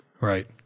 right